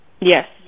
Yes